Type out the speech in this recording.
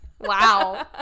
Wow